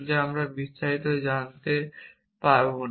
যা আমরা বিস্তারিত জানাতে পারব না